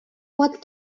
what